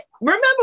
remember